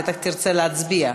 בטח תרצה להצביע,